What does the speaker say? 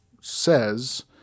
says